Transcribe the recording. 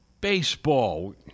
baseball